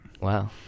Wow